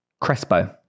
Crespo